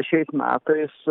šiais metais